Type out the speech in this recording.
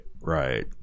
right